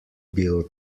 bilo